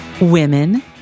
Women